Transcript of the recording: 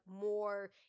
more